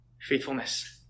faithfulness